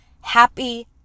happy